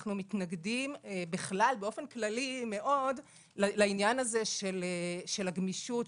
אנחנו מתנגדים מאוד לעניין הגמישות,